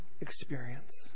experience